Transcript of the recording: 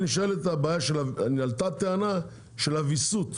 עלתה טענה של הוויסות,